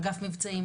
אגף מבצעים,